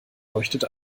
leuchtet